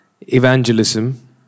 evangelism